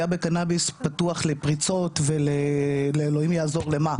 בקנאביס פתוח לפריצות ולאלוהים יעזור למה.